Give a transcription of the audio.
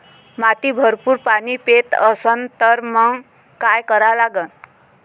माती भरपूर पाणी पेत असन तर मंग काय करा लागन?